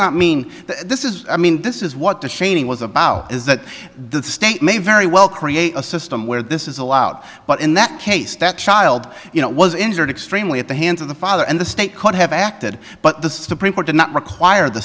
not mean this is i mean this is what the shading was about is that the state may very well create a system where this is allowed but in that case that child you know was injured extremely at the hands of the father and the state could have acted but the supreme court did not require the